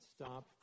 Stop